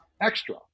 extra